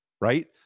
right